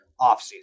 offseason